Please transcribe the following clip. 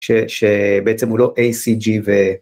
שבעצם הוא לא ACG ו...